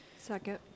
Second